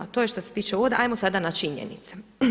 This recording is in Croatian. To je što se tiče uvoda, ajmo sada na činjenice.